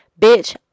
bitch